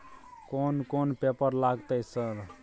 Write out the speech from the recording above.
कोन कौन पेपर लगतै सर?